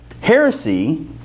heresy